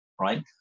right